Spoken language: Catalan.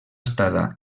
estada